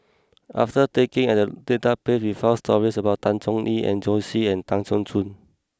after taking at the database we found stories about Tan Chong Tee Joanne Soo and Tan Keong Choon